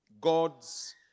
God's